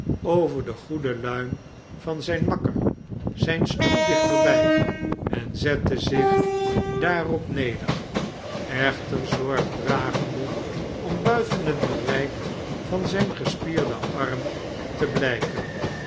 over de goede luim van zijn makker zijn stoel dichterbij en zette zich daarop neder echter zorg dragende om buiten het bereik van zijn gespierden arm te blijven